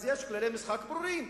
יש כללי משחק ברורים,